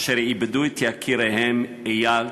אשר איבדו את יקיריהן איל,